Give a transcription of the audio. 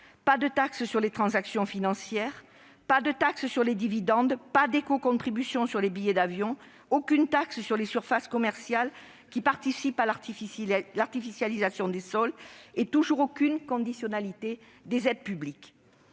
pas de taxe sur les transactions financières, pas de taxe sur les dividendes, pas d'écocontribution sur les billets d'avion, aucune taxe sur les surfaces commerciales qui participent à l'artificialisation des sols et toujours aucune conditionnalité des aides publiques.